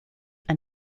ein